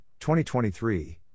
2023